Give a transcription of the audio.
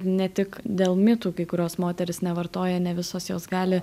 ne tik dėl mitų kai kurios moterys nevartoja ne visos jos gali